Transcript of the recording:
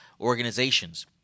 organizations